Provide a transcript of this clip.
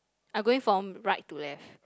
I'm going from right to left